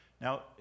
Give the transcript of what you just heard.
Now